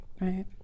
right